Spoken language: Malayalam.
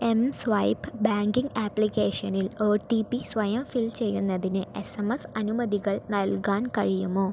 എംസ്വൈപ്പ് ബാങ്കിംഗ് ആപ്ലിക്കേഷനിൽ ഒ ടി പി സ്വയം ഫിൽ ചെയ്യുന്നതിന് എസ് എം എസ് അനുമതികൾ നൽകാൻ കഴിയുമോ